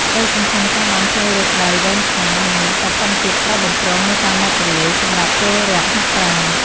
ក្ដីសង្ឃឹមចង់បានផ្លូវរត់ដែលវែងឆ្ងាយ និងមានសោភ័ណភាពស្រស់បំព្រងនៅតាមមាត់ទន្លេ សម្រាប់ពលរដ្ឋហាត់ប្រាណ។